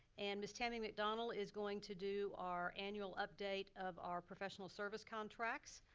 and ms. tammy mcdonald is going to do our annual update of our professional service contracts.